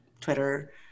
twitter